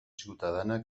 ciutadana